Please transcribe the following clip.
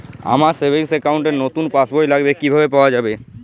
আমার savings account র নতুন পাসবই লাগবে, কিভাবে পাওয়া যাবে?